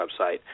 website